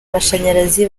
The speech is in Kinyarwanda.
amashanyarazi